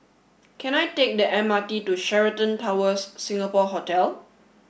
can I take the M R T to Sheraton Towers Singapore Hotel